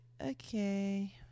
okay